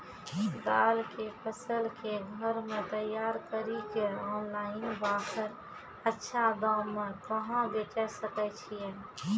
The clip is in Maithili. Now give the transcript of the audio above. दाल के फसल के घर मे तैयार कड़ी के ऑनलाइन बाहर अच्छा दाम मे कहाँ बेचे सकय छियै?